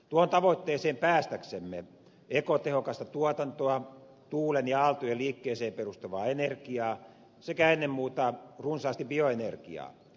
tuohon tavoitteeseen päästäksemme tarvitsemme ekotehokasta tuotantoa tuulen ja aaltojen liikkeeseen perustuvaa energiaa sekä ennen muuta runsaasti bioenergiaa